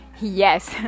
yes